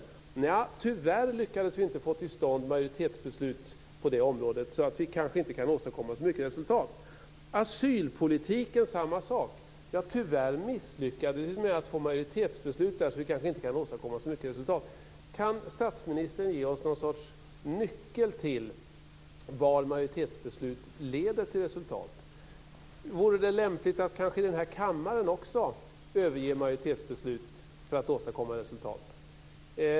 Svaret blir: Nja, tyvärr lyckades vi inte få till stånd majoritetsbeslut på det området, så vi kan kanske inte åstadkomma så mycket av resultat. Beträffande asylpolitiken är det samma besked: Tyvärr misslyckades vi med att få majoritetsbeslut, så vi kan kanske inte åstadkomma så mycket resultat. Kan statsministern ge oss någon sorts nyckel till var majoritetsbeslut leder till resultat? Vore det kanske lämpligt att också i den här kammaren överge majoritetsbeslut för att åstadkomma resultat?